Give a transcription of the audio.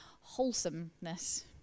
wholesomeness